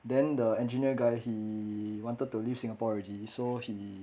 then the engineer guy he wanted to leave singapore already so he